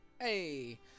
Hey